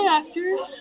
actors